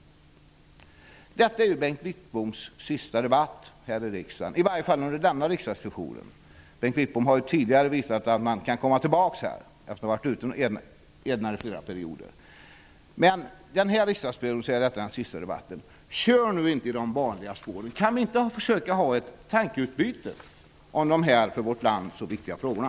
Denna debatt är Bengt Wittboms sista här i riksdagen, i varje fall under detta riksmöte. Bengt Wittbom har tidigare visat att man kan komma tillbaka efter att ha varit utanför riksdagen en eller flera perioder. I varje fall den här riksdagsperioden är alltså denna debatt den sista för Bengt Wittbom. Kör, som sagt, inte i de vanliga spåren! Kan vi inte försöka ha ett tankeutbyte i de här för vårt land så viktiga frågorna?